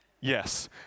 Yes